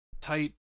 tight